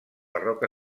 barroc